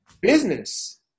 business